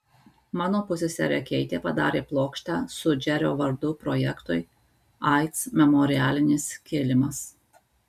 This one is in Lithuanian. mano pusseserė keitė padarė plokštę su džerio vardu projektui aids memorialinis kilimas